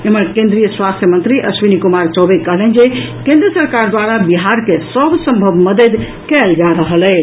एम्हर केंद्रीय स्वास्थ्य राज्य मंत्री अविश्वनी कुमार चौबे कहलनि जे केंद्र सरकार द्वारा बिहार के सभ संभव मददि कयल जा रहल अछि